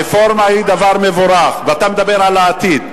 הרפורמה היא דבר מבורך, ואתה מדבר על העתיד.